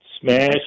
Smash